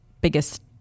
biggest